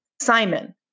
Simon